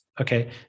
Okay